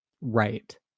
right